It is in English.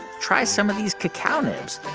try some of these cacao nibs.